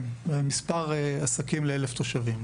כן, במספר העסקים ל-1,000 תושבים.